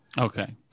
Okay